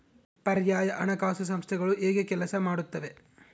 ಪರ್ಯಾಯ ಹಣಕಾಸು ಸಂಸ್ಥೆಗಳು ಹೇಗೆ ಕೆಲಸ ಮಾಡುತ್ತವೆ?